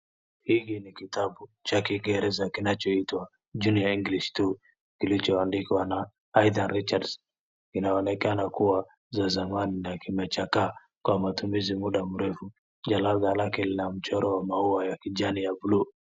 Hiki ni kitabu cha Kiingereza kinachoitwa Junior English Two kilichoandikwa na Aidan Richards . Kinaonekana kuwa cha zamani na kimechakaa kwa matumizi muda mrefu. Jalada lake lina mchoro wa maua ya kijani ya blue .